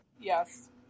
Yes